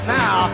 now